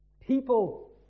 people